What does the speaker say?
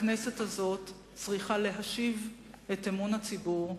הכנסת הזו צריכה להשיב את אמון הציבור בנבחריו.